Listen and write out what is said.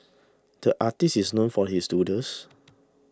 the artist is known for his doodles